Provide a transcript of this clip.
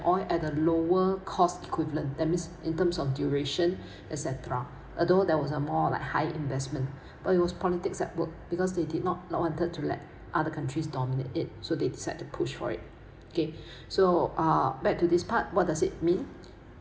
oil at the lower cost equivalent that means in terms of duration etcetera although there was a more like high investment but it was politics at work because they did not not wanted to let other countries dominate it so they decide to push for it okay so ah back to this part what does it mean